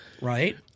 right